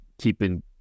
keeping